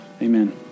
Amen